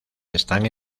están